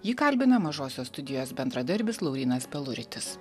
jį kalbina mažosios studijos bendradarbis laurynas peluritis